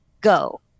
go